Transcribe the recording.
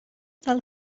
tal